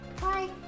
Bye